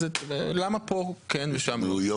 אז למה פה כן ושם לא?